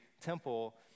temple